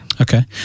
Okay